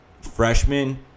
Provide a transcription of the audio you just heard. freshman